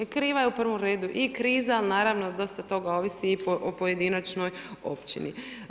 Kriva je u prvom redu i kriza, a naravno dosta toga ovisi i o pojedinačnoj općini.